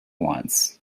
wants